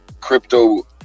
crypto